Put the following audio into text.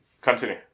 Continue